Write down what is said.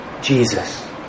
Jesus